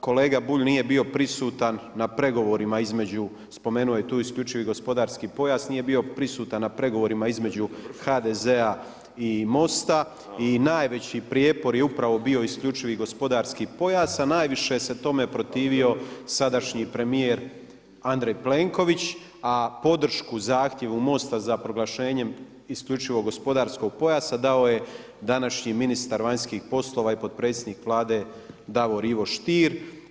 Kolega Bulj nije bio prisutan na pregovorima između, spomenuo je to isključivo i gospodarski pojas, nije bio prisutan na pregovorima između HDZ-a i MOST-a i najveći prijepor je upravo bio isključivi gospodarski pojas, a najviše se tome protivio sadašnji premijer Andrej Plenković, a podršku zahtjevu MOST-a za proglašenjem isključivo gospodarskog pojasa dao je današnji ministar vanjskih poslova i potpredsjednik Vlade Davor Ivo Stier.